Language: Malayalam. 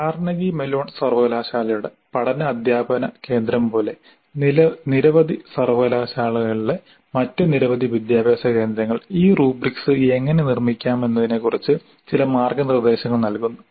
കാർനെഗീ മെലോൺ സർവകലാശാലയുടെ പഠന അദ്ധ്യാപന കേന്ദ്രം പോലെ നിരവധി സർവകലാശാലകളിലെ മറ്റ് നിരവധി വിദ്യാഭ്യാസ കേന്ദ്രങ്ങൾ ഈ റുബ്രിക്സ് എങ്ങനെ നിർമ്മിക്കാമെന്നതിനെക്കുറിച്ച് ചില മാർഗ്ഗനിർദ്ദേശങ്ങൾ നൽകുന്നു